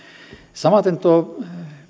samaten